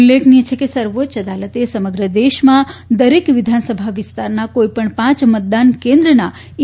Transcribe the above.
ઉલ્લેખનીય છે કે સર્વોચ્ચ અદાલતે સમગ્ર દેશમાં દરેક વિધાનસભા વિસ્તારના કોઈપગ્ન પાંચ મતદાન કેન્દ્રના ઇ